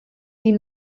die